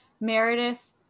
meredith